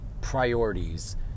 priorities